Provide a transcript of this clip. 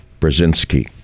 Brzezinski